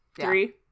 Three